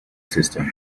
system